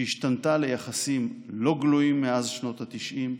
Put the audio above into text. שהשתנתה ליחסים לא גלויים מאז שנות התשעים,